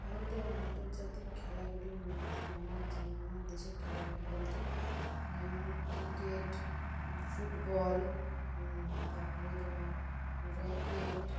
ভারতের আন্তর্জাতিক খেলাগুলির মধ্যে আমার জানা আমার দেশের খেলাগুলি বলতে যেমন ক্রিকেট ফুটবল তারপরে তোমার র্যাকেট